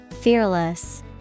fearless